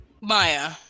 Maya